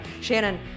Shannon